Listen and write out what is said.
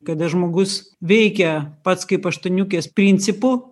kada žmogus veikia pats kaip aštuoniukės principu